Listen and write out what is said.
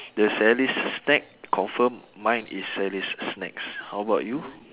the sally's snack confirm mine is sally's snacks how about you